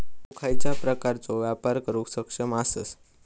तु खयच्या प्रकारचो व्यापार करुक सक्षम आसस?